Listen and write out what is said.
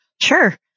Sure